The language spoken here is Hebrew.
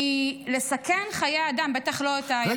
כי לסכן חיי אדם --- רגע,